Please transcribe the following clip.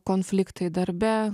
konfliktai darbe